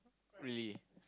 really